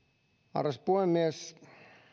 arvoisa puhemies